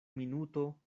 minuto